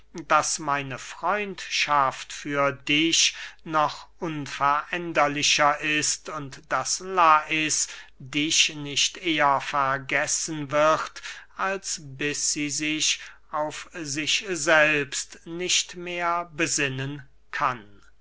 daß meine freundschaft für dich noch unveränderlicher ist und daß lais dich nicht eher vergessen wird als bis sie sich auf sich selbst nicht mehr besinnen kann